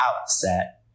outset